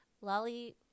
Lolly